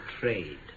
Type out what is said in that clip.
trade